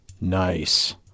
Nice